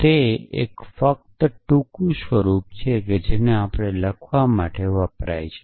તે ફક્ત એક ટૂંકું રૂપ છે જે આપણે લખવા માટે વપરાય છે